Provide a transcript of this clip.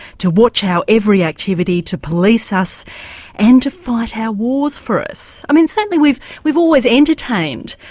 to watch our every activity, to police us and to fight our wars for us. i mean certainly we've we've always entertained,